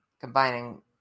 combining